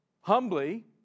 humbly